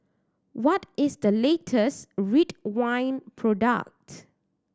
what is the latest Ridwind product